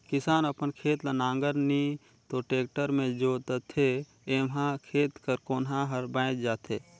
किसान अपन खेत ल नांगर नी तो टेक्टर मे जोतथे एम्हा खेत कर कोनहा हर बाएच जाथे